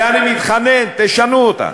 ואני מתחנן: תשנו אותה.